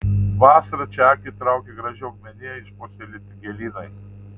vasarą čia akį traukia graži augmenija išpuoselėti gėlynai